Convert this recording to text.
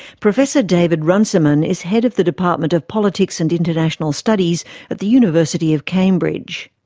professor david runciman is head of the department of politics and international studies at the university of cambridge.